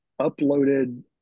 uploaded